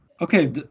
okay